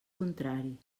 contrari